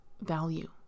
value